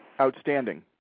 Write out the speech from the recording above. Outstanding